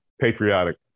patriotic